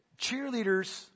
cheerleaders